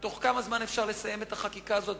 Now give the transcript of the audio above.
בתוך כמה זמן יהיה אפשר לסיים את החקיקה הזאת,